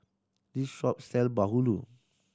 this shop sell bahulu